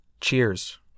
cheers